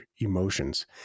emotions